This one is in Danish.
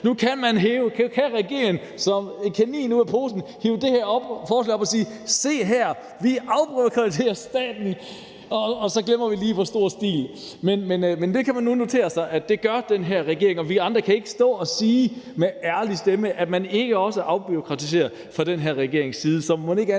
Nu kan regeringen hive det her forslag op af hatten som en kanin og sige: Se her, vi afbureaukratiserer staten. Og så glemmer vi lige i hvor stor stil. Men det kan man nu notere sig, altså at det gør den her regering, og vi andre kan ikke stå og sige med ærlighed i stemmen, at man ikke også afbureaukratiserer fra den her regerings side. Så mon ikke det